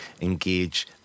engage